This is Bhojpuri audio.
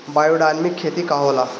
बायोडायनमिक खेती का होला?